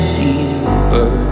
deeper